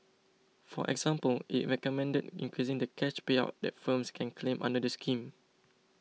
for example it recommended increasing the cash payout that firms can claim under the scheme